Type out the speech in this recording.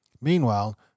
Meanwhile